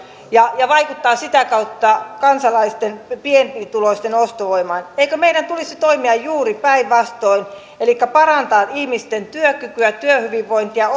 ja ja vaikuttaa sitä kautta kansalaisten pienituloisten ostovoimaan eikö meidän tulisi toimia juuri päinvastoin elikkä parantaa ihmisten työkykyä työhyvinvointia